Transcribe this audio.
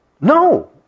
No